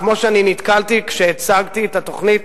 כמו שאני נתקלתי כשהצגתי את התוכנית